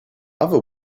other